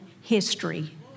history